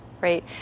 right